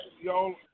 y'all